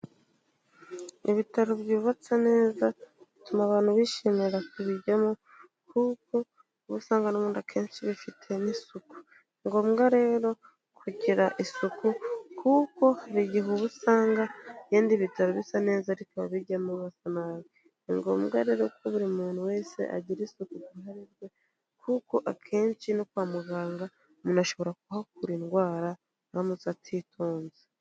Ibitaro byubatsa neza bituma abantu bishimira kubijyamo, kuko uba usanga akenshi bifite n'isuku. Ni ngombwa rero kugira isuku, kuko hari igihe uba usanga yenda ibitaro bisa neza ariko ababijyamo basa nabi. Ni ngombwa rero ko buri muntu wese agira isuku ku ruhare rwe, kuko akenshi no kwa muganga umuntu ashobora kuhakura indwara, aramutse atitonze.